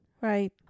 Right